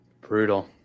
Brutal